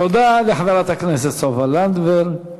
תודה לחברת הכנסת סופה לנדבר.